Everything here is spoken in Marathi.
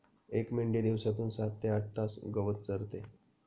एक मेंढी दिवसातून सात ते आठ तास गवत चरते